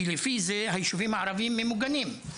כי לפי זה היישובים הערביים ממוגנים,